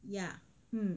yeah mm